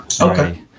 Okay